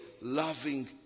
loving